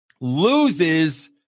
loses